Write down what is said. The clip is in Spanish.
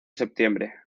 septiembre